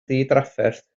ddidrafferth